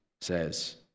says